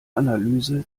analyse